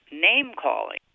name-calling